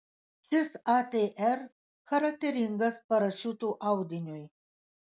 šis atr charakteringas parašiutų audiniui